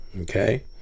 Okay